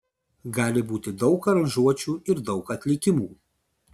gali būti daug aranžuočių ir daug atlikimų